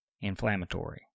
inflammatory